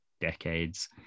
decades